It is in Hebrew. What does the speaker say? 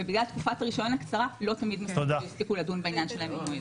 ובגלל תקופת הרישיון הקצרה לא תמיד יספיקו לדון בעניין שלהם במועד.